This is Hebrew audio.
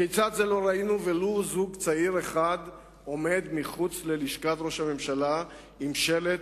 כיצד זה לא ראינו ולו זוג צעיר אחד עומד מחוץ ללשכת ראש הממשלה עם שלט